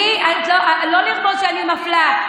לא לרמוז שאני מפלה.